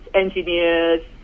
engineers